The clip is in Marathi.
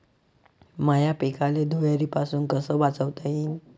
माह्या पिकाले धुयारीपासुन कस वाचवता येईन?